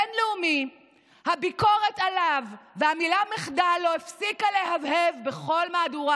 בין-לאומי הביקורת עליו והמילה "מחדל" הוסיפו להבהב בכל מהדורה.